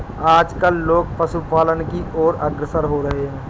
आजकल लोग पशुपालन की और अग्रसर हो रहे हैं